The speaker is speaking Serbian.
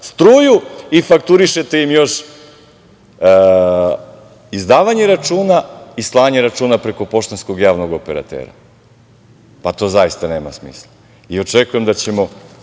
i fakturišete im još izdavanje računa i slanje računa preko poštanskog javnog operatera. Pa, to zaista nema smisla. Očekujem da ćemo